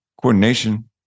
coordination